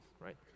right